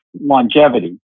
longevity